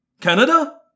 Canada